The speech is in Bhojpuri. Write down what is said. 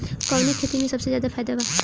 कवने खेती में सबसे ज्यादा फायदा बा?